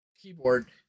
keyboard